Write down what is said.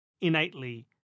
innately